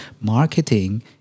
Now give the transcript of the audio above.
Marketing